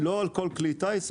לא על כל כלי טיס,